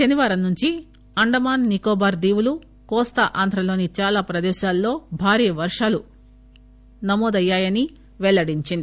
శనివారం నుంచి అండమాన్ నికోకాబార్ దీవులు కోస్తాంధ్రలోని చాలా ప్రదేశాల్లో భారీ వర్షాలు నమోదయ్యాయని పెల్లడించింది